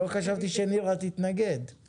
2 תקנות תכנון משק החלב (מנגנון לעדכון מחירים מזעריים של ליטר חלב)